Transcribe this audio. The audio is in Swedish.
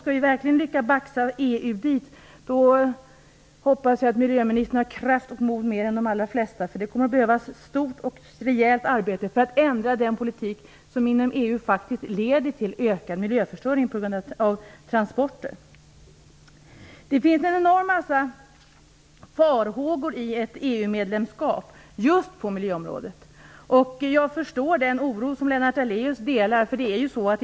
Skall vi verkligen lyckas baxa EU dit hoppas jag att miljöministern har kraft och mod mer än de allra flesta, för det kommer att behövas ett stort och rejält arbete för att ändra den politik som faktiskt leder till ökad miljöförstöring på grund av transporter inom EU. Det finns en enorm massa farhågor just på miljöområdet i samband med ett EU-medlemskap. Jag förstår Lennart Daléus oro.